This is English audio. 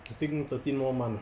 I think thirteen more month ah